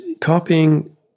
copying